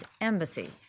embassy